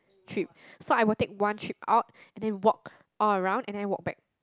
trip so I will take one trip out and then walk all around and then walk back